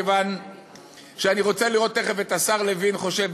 כיוון שאני רוצה לראות תכף את השר לוין חושב,